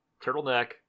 Turtleneck